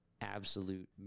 absolute